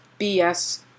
BS